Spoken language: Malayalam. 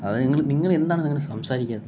അതെ നിങ്ങൾ നിങ്ങൾ എന്താണ് നിങ്ങൾ സംസാരിക്കുക